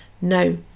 No